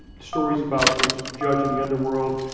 ah stories about this judge in the underworld.